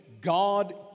God